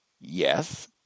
yes